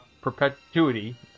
perpetuity